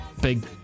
big